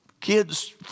Kids